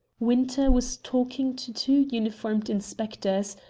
winter was talking to two uniformed inspectors,